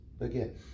again